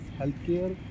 healthcare